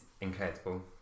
incredible